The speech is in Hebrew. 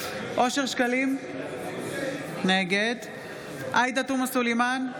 אושר שקלים, נגד עאידה תומא סלימאן,